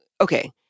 Okay